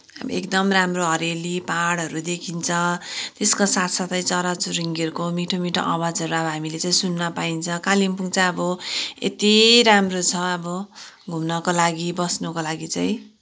अब एकदम राम्रो हरियाली पाहाडहरू देखिन्छ त्यसका साथसाथै चराचुरुङ्गीहरूको मिठो मिठो आवाजहरू अब हामीले चाहिँ सुन्न पाइन्छ कालिम्पोङ चाहिँ अब यत्ति राम्रो छ अब घुम्नको लागि बस्नुको लागि चाहिँ